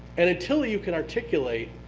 and until you can articulate